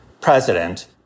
President